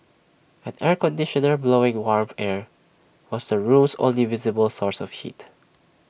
an air conditioner blowing warm air was the room's only visible source of heat